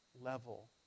level